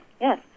yes